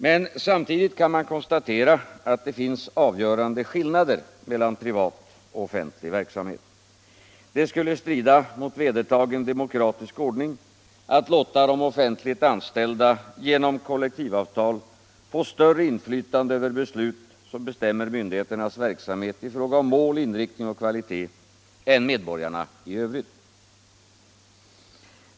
Men samtidigt kan man konstatera att det finns avgörande skillnader mellan privat och offentlig verksamhet. Det skulle strida mot vedertagen demokratisk ordning att låta de offentligt anställda genom kollektivavtal få större inflytande över beslut som bestämmer myndigheternas verksamhet i fråga om mål, inriktning och kvalitet än medborgarna i övrigt.